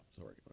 Sorry